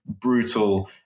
brutal